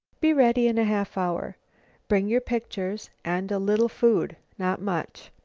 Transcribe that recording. be ready in a half-hour. bring your pictures and a little food. not much.